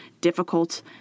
difficult